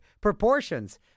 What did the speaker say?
proportions